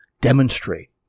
demonstrate